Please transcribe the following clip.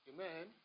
Amen